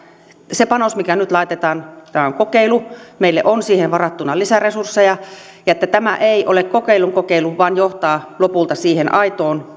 se panos mikä nyt laitetaan tämä on kokeilu meille on siihen varattuna lisäresursseja ja toivoisin että tämä ei ole kokeilun kokeilu vaan johtaa lopulta siihen aitoon